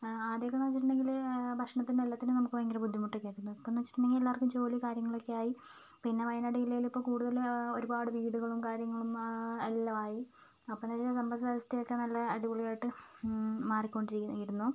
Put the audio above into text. ആദ്യം ഒക്കെ എന്ന് വെച്ചിട്ടുണ്ടെങ്കിൽ ഭക്ഷണത്തിനും എല്ലാത്തിനും നമുക്ക് ഭയങ്കര ബുദ്ധിമുട്ടൊക്കെയായിരുന്നു ഇപ്പോൾ എന്ന് വെച്ചിട്ടുണ്ടെങ്കിൽ എല്ലാവർക്കും ജോലിയും കാര്യങ്ങളൊക്കെയായി പിന്നെ വയനാട് ജില്ലയിൽ ഇപ്പോൾ കൂടുതലും ഒരുപാട് വീടുകളും കാര്യങ്ങളും എല്ലാമായി അപ്പോൾ എന്ന് വെ സമ്പത്ത് വ്യവസ്ഥയൊക്കെ നല്ല അടിപൊളിയായിട്ട് മാറികൊണ്ടിരുന്നു